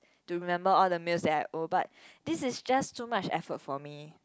to remember all the meals that I owe but this is just too much effort for me